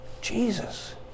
Jesus